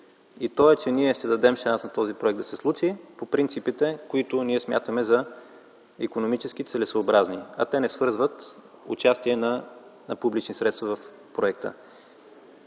Той е, че ние ще дадем шанс на този проект да се случи съгласно принципите, които ние смятаме за икономически целесъобразни. А те не свързват участие на публични средства в проекта.